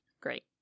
great